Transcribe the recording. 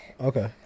Okay